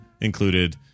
included